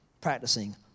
practicing